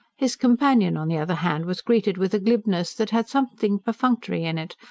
his companion on the other hand was greeted with a glibness that had something perfunctory in it,